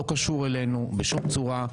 לא קשור אלינו בשום צורה.